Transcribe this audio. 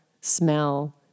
smell